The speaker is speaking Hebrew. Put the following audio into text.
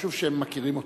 החשוב שהם מכירים אותך.